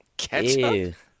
Ketchup